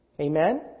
Amen